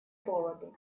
поводу